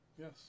Yes